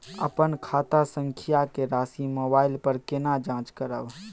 अपन खाता संख्या के राशि मोबाइल पर केना जाँच करब?